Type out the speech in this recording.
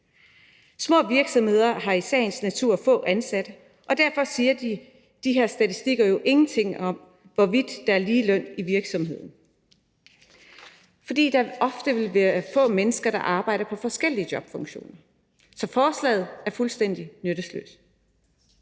Små virksomheder har i sagens natur få ansatte, og derfor siger de her statistikker jo ingenting om, hvorvidt der er ligeløn i virksomheden, fordi der ofte vil være få mennesker, der arbejder i forskellige jobfunktioner. Så forslaget er fuldstændig nyttesløst.